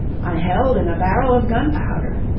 i held in a barrel of gunpowder.